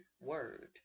word